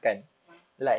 ah